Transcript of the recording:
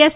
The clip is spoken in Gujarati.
એસ